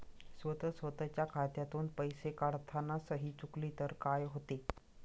स्वतः स्वतःच्या खात्यातून पैसे काढताना सही चुकली तर काय होते?